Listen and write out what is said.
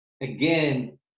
Again